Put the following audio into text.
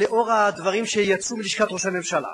ולאור הדברים שיצאו מלשכת ראש הממשלה